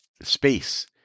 space